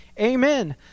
Amen